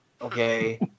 Okay